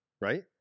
right